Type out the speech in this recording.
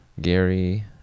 Gary